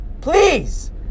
Please